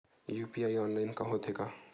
UPI online होथे का?